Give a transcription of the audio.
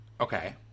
Okay